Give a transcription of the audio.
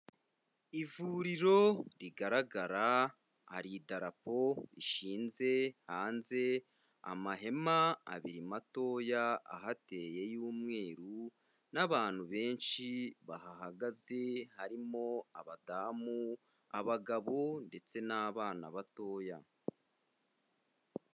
Ivuriro rigaragara, hari i darapo rishinze hanze, amahema abiri matoya ahateye y'umweruru n'abantu benshi bahagaze, harimo abadamu, abagabo ndetse n'abana batoya.